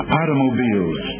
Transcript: automobiles